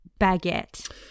baguette